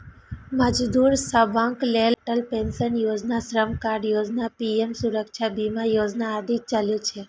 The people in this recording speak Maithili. मजदूर सभक लेल अटल पेंशन योजना, श्रम कार्ड योजना, पीएम सुरक्षा बीमा योजना आदि चलै छै